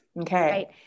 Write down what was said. Okay